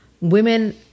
Women